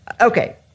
Okay